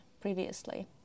previously